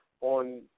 on